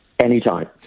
Anytime